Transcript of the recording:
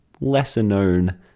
lesser-known